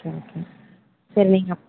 okay சரி நீங்கள்